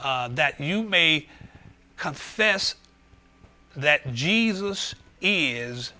tons that you may confess that jesus is